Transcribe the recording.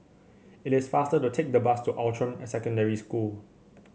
it is faster to take the bus to Outram Secondary School